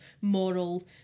moral